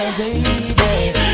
baby